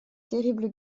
terribles